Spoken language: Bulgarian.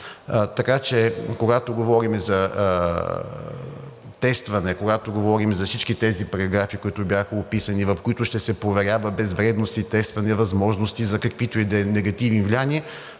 Така че, когато говорим за тестване, когато говорим за всички тези параграфи, които бяха описани, в които ще се проверява безвредност и тестване, възможности за каквито и да е негативни влияния,